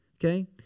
okay